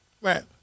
Right